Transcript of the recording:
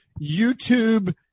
YouTube